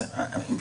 בסדר.